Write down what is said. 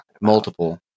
Multiple